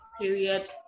period